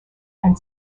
and